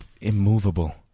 immovable